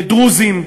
לדרוזים.